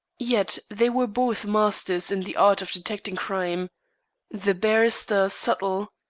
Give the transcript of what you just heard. yet they were both masters in the art of detecting crime the barrister subtle,